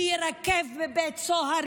שיירקב בבית סוהר,